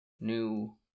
new